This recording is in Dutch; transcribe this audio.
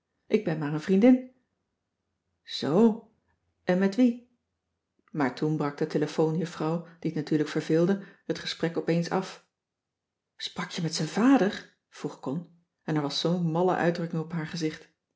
ik ben maar een vriendin zoo en met wie maar toen brak de telefoon juffrouw die t natuurlijk verveelde het gesprek opeens af sprak je met zijn vader vroeg con en er was zoo'n malle uitdrukking op haar gezicht